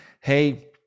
hey